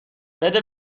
بده